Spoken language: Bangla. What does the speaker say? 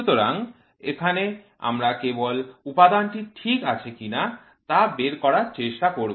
সুতরাং এখানে আমরা কেবল উপাদানটি ঠিক আছে কি না তা বের করার চেষ্টা করব